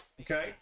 okay